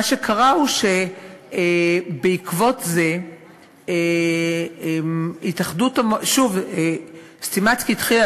מה שקרה הוא שבעקבות זה שוב "סטימצקי" התחילה